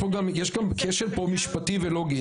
יש פה גם כשל משפטי ולוגי,